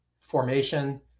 formation